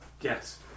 Yes